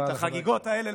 כי את החגיגות האלה,